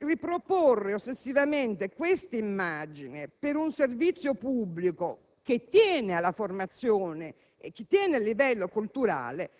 Riproporre ossessivamente questa immagine per un servizio pubblico, che tiene alla formazione ed al livello culturale,